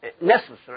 necessary